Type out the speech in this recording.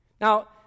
Now